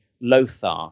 Lothar